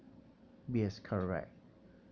yes correct